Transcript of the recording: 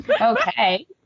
Okay